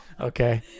Okay